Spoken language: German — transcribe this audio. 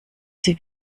sie